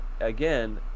again